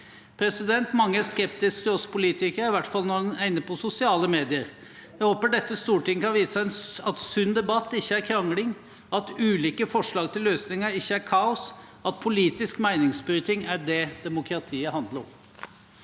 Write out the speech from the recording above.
truet. Mange er skeptiske til oss politikere, i hvert fall når man er inne på sosiale medier. Jeg håper dette Stortinget kan vise at sunn debatt ikke er krangling, at ulike forslag til løsninger ikke er kaos, og at politisk meningsbrytning er det demokratiet handler om.